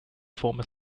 former